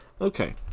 Okay